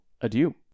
Adieu